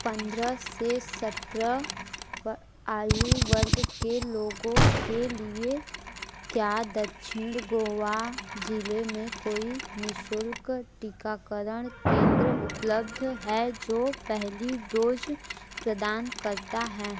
पंद्रह से सतरह आयु वर्ग के लोगों के लिए क्या दक्षिण गोवा ज़िले में कोई निःशुल्क टीकाकरण केंद्र उपलब्ध है जो पहली डोज़ प्रदान करता है